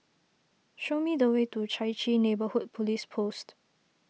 show me the way to Chai Chee Neighbourhood Police Post